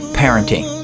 parenting